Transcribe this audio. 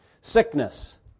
sickness